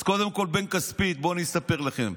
אז קודם כול, בואו אני אספר לכם: